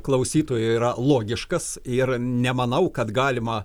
klausytojo yra logiškas ir nemanau kad galima